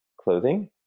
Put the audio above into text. clothing